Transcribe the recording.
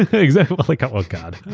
ah exactly. like ah oh, god,